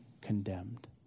condemned